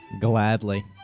Gladly